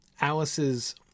Alice's